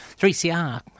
3CR